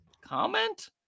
comment